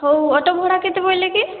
ହେଉ ଅଟୋ ଭଡ଼ା କେତେ ପଇଲେ କି